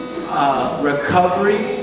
recovery